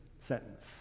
sentence